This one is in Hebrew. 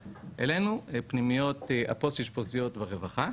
אלינו, לפנימיות פוסט אשפוזיות והרווחה.